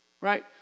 right